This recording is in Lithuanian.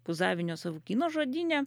kuzavinio savukyno žodyne